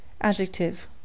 Adjective